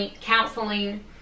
counseling